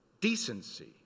decency